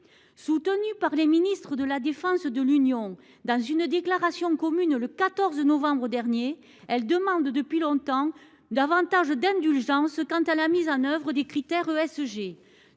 Soutenues par les ministres de la défense de l’Union dans une déclaration commune le 14 novembre dernier, ces industries demandent depuis longtemps davantage d’indulgence quant à la mise en œuvre des critères ESG.